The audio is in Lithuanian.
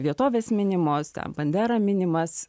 vietovės minimos bandera minimas